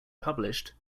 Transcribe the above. published